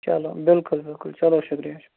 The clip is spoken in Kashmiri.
چلو بِلکُل بِلکُل چلو شُکریہ